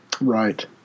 Right